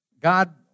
God